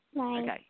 Okay